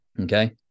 Okay